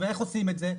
ואיך עושים את זה?